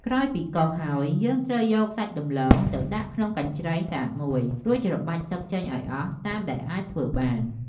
ក្រោយពីកោសហើយ យើងត្រូវយកសាច់ដំឡូងទៅដាក់ក្នុងកញ្ច្រែងស្អាតមួយ រួចច្របាច់ទឹកចេញឱ្យអស់តាមដែលអាចធ្វើបាន។